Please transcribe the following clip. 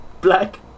Black